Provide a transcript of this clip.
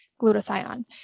glutathione